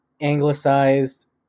anglicized